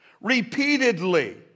repeatedly